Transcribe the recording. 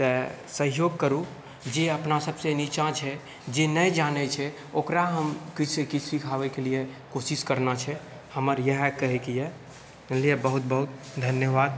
तऽ सहयोग करु जे अपना सभसँ नीचाँ छै जे नहि जानैत छै ओकरा हम किछुसँ किछु सिखाबैके लिअ कोशिश करना छै हमर इएह कहैके यऽ जानलियै बहुत बहुत धन्यवाद